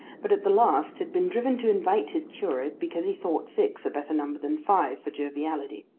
but at the last had been driven to invite his curate because he thought six a better number than five for joviality.